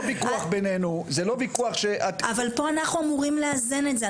אבל פה אנחנו אמורים לאזן את זה.